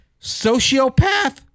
sociopath